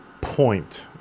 point